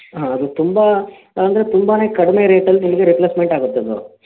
ಹಾಂ ಅದು ತುಂಬ ಅಂದರೆ ತುಂಬ ಕಡಿಮೆ ರೇಟಲ್ಲಿ ನಿಮಗೆ ರಿಪ್ಲೆಸ್ಮೆಂಟ್ ಆಗತ್ತೆ ಅದು